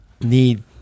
need